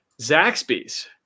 Zaxby's